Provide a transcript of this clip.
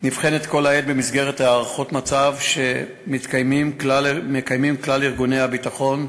נבחנת כל העת במסגרת הערכות מצב שמקיימים כלל ארגוני הביטחון,